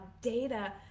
data